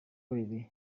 kuyobora